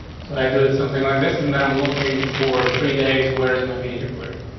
so i do it something like this and that i'm looking for three days. where is my b a query?